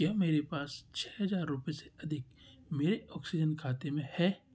क्या मेरे पास छः हज़ार रुपये से अधिक मेरे ऑक्सीजन खाते में हैं